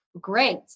Great